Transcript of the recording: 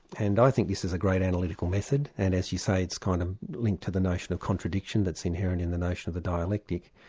and i think this is a great analytical method, and as you say, it's kind of linked to the notion of contradiction that's inherent in the notion of a dialectic.